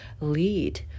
lead